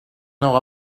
know